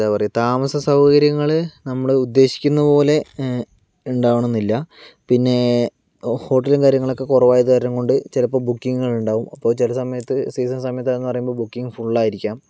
എന്താ പറയുക താമസ സൗകര്യങ്ങള് നമ്മള് ഉദ്ദേശിക്കുന്ന പോലെ ഉണ്ടാവണം എന്നില്ല പിന്നേ ഹോട്ടൽ കാര്യങ്ങളൊക്കെ കുറവായത് കാരണം കൊണ്ട് ചിലപ്പോൾ ബുക്കിംഗ് ഉണ്ടാകും അപ്പൊൾ ചിലസമയത്ത് സീസൺ സമയത്ത് എന്ന് പറയുമ്പോൾ ബുക്കിംഗ് ഫുള്ളായിരിക്കാം